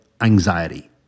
anxiety